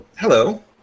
Hello